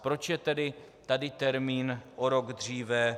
Proč je tedy tady termín o rok dříve?